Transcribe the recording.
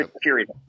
Period